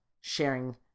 sharing